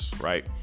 right